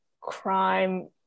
crime